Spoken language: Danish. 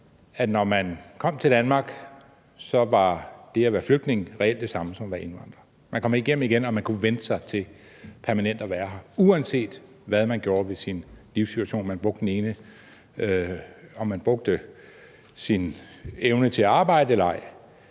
at når man kom til Danmark, var det at være flygtning reelt det samme som at være indvandrer. Man kunne vente sig til permanent at være her, uanset hvad man gjorde ved sin livssituation – om man brugte sin evne til at arbejde